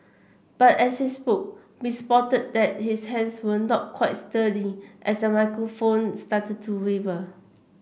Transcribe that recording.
but as he spoke we spotted that his hands were not quite sturdy as the microphone started to waver